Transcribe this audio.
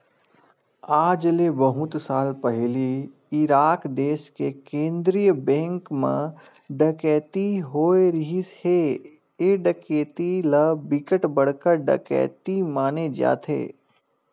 आज ले बहुत साल पहिली इराक देस के केंद्रीय बेंक म डकैती होए रिहिस हे ए डकैती ल बिकट बड़का डकैती माने जाथे